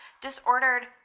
disordered